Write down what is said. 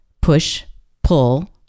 push-pull